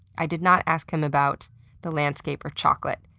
i did not ask him about the landscape or chocolate,